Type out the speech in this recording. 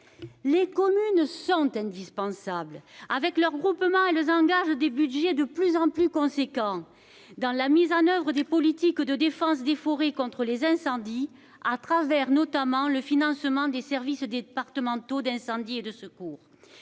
Les communes sont indispensables. Avec leurs groupements, elles consacrent des budgets de plus en plus importants à la mise en oeuvre des politiques de défense de la forêt contre les incendies, au travers notamment du financement des services départementaux d'incendie et de secours.